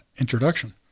introduction